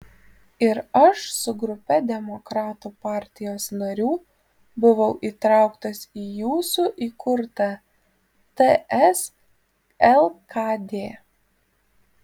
ir aš su grupe demokratų partijos narių buvau įtrauktas į jūsų įkurtą ts lkd